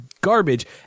garbage